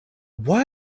why